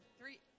three